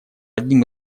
одним